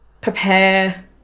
prepare